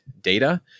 data